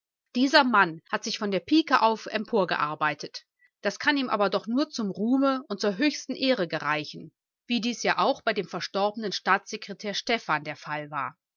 dieser mann hat sich von der pike auf emporgearbeitet das kann ihm aber doch nur zum ruhme und zur höchsten ehre gereichen wie dies ja auch bei dem verstorbenen staatssekretär stephan der fall war